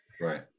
Right